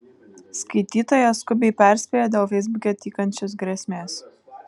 skaitytoja skubiai perspėja dėl feisbuke tykančios grėsmės